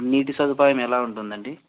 నీటి సదుపాయం ఎలా ఉంటుందండి